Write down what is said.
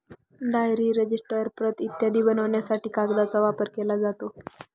diary, register, प्रत इत्यादी बनवण्यासाठी कागदाचा वापर केला जातो